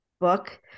book